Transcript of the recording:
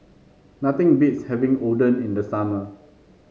nothing beats having Oden in the summer